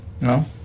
No